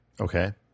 Okay